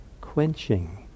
quenching